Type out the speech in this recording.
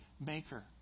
maker